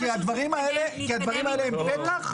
הדברים האלה הם פתח.